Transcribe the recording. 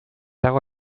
dago